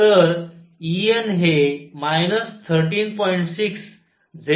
तर En हे 13